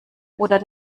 oder